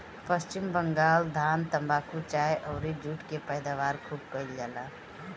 पश्चिम बंगाल धान, तम्बाकू, चाय अउरी जुट के पैदावार खूब कईल जाला